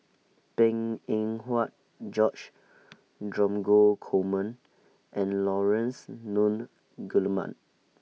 Png Eng Huat George Dromgold Coleman and Laurence Nunns Guillemard